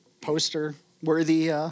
poster-worthy